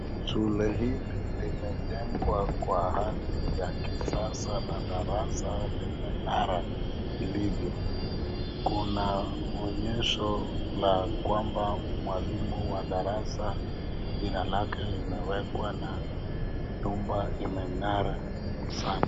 Shule hili limejengwa kwa hali ya kisasa na darasa limeng'ara vilivyo. Kuna onyesho la kwamba mwalimu wa darasa jina lake limewekwa na nyumba imeng'ara sana.